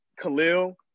Khalil